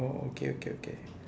oh okay okay okay